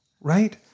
right